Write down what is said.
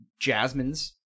Jasmine's